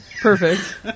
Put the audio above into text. perfect